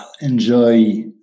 enjoy